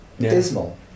dismal